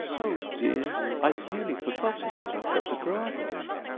oh dear! i'd nearly forgotten that i've got to grow up again!